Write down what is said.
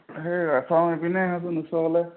সেই ৰাসৰ সেইপিনে নোচোৱা বোলে